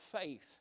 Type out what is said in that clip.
faith